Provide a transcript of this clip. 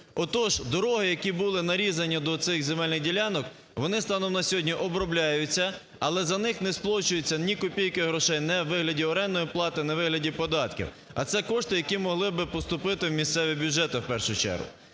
Отож дороги, які були нарізані до цих земельних ділянок, вони станом на сьогодні обробляються, але за них не сплачується ні копійки грошей ні у вигляді орендної плати, ні у вигляді податків, а це кошти, які могли б поступити в місцеві бюджети, в першу чергу.